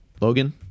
Logan